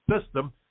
system